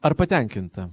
ar patenkinta